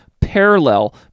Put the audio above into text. parallel